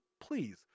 please